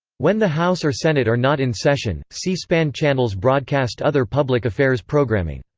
when the house or senate are not in session, c-span channels broadcast other public affairs programming.